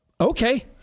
Okay